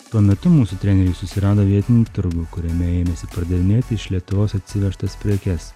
tuo metu mūsų treneriai susirado vietinį turgų kuriame ėmėsi pardavinėti iš lietuvos atsivežtas prekes